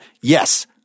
Yes